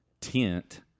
tent